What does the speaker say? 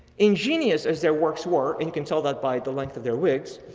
ingenuous as their works were and can tell that by the length of their wigs,